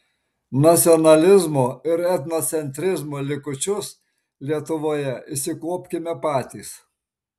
nacionalizmo ir etnocentrizmo likučius lietuvoje išsikuopkime patys